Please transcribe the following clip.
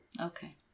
okay